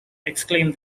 exclaimed